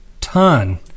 ton